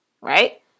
Right